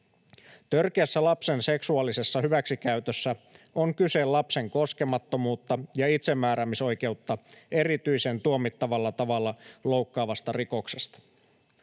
Törkeässä lapsen seksuaalisessa hyväksikäytössä on kyse lapsen koskemattomuutta ja itsemääräämisoikeutta erityisen tuomittavalla tavalla loukkaavasta rikoksesta.